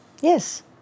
Yes